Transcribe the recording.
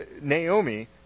Naomi